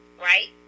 right